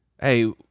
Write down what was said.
Hey